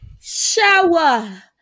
Shower